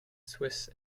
swiss